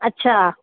अच्छा